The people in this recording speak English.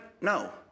No